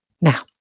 Now